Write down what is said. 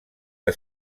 que